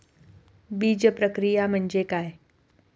बीजप्रक्रिया म्हणजे काय?